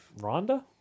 Rhonda